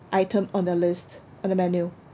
item on the list on the menu